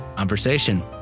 Conversation